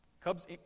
Cubs